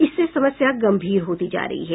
इससे समस्या गंभीर होती जा रही है